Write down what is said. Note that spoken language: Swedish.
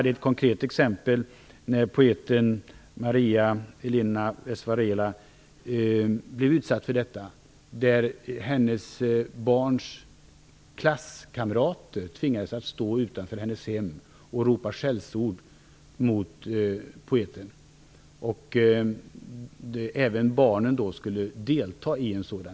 Ett konkret exempel som jag känner till är poeten Maria Elena Cruz Varela. Hennes barns klasskamrater tvingades stå utanför hennes hem och ropa skällsord mot henne. Även barnen skulle alltså delta.